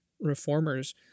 reformers